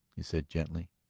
he said gently,